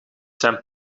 zijn